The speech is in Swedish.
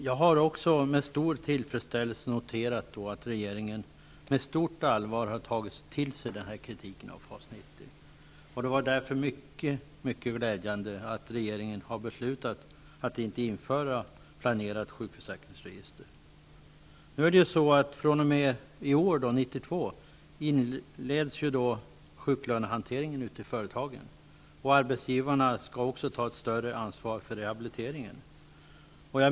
Jag har med stor tillfredsställelse noterat att regeringen med stort allvar har tagit till sig kritiken av FAS 90. Det är därför mycket glädjande att regeringen har beslutat att inte införa det planerade sjukförsäkringsregistret. I år, dvs. 1992, inleds sjuklönehanteringen ute i företagen. Arbetsgivarna skall också ta ett större ansvar för rehabiliteringen.